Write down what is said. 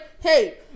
hey